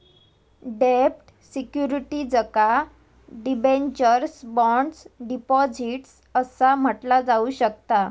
डेब्ट सिक्युरिटीजका debentures, bonds, deposits असा म्हटला जाऊ शकता